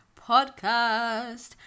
podcast